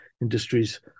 industries